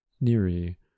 Neri